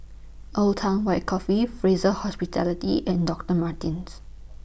Old Town White Coffee Fraser Hospitality and Doctor Martens